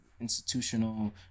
institutional